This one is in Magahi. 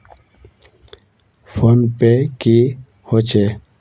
फ़ोन पै की होचे?